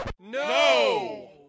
No